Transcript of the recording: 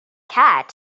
cat